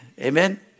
Amen